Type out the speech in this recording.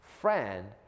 friend